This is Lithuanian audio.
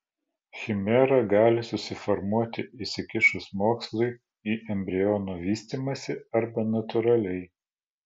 chimera gali susiformuoti įsikišus mokslui į embriono vystymąsi arba natūraliai